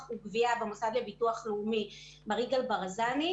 בצד אחד ועובדים בצד שני הוא לא רלוונטי לימים האלה.